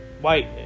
white